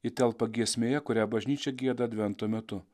ji telpa giesmėje kurią bažnyčia gieda advento metu